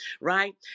right